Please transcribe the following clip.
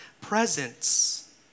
presence